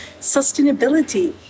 sustainability